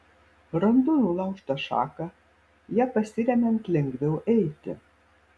randu nulaužtą šaką ja pasiremiant lengviau eiti